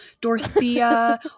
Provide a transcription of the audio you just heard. Dorothea